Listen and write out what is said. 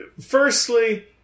Firstly